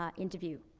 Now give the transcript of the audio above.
um interview.